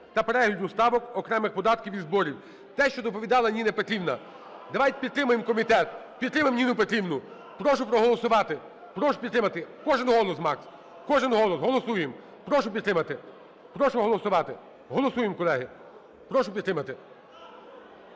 та перегляду ставок окремих податків і зборів. Те, що доповідала Ніна Петрівна. Давайте підтримаємо комітет, підтримаємо Ніну Петрівну. Прошу проголосувати. Прошу підтримати. Кожен голос, кожен голос голосуємо! Прошу підтримати. Прошу голосувати. Голосуємо, колеги. Прошу підтримати.